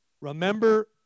Remember